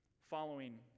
following